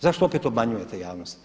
Zašto opet obmanjujete javnost?